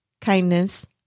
kindness